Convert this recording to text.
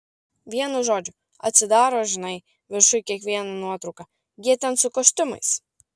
vienu žodžiu atsidaro žinai viršuj kiekvieno nuotrauka jie ten su kostiumais